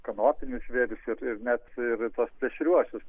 kanopinius žvėris ir ir net ir tuos plėšriuosius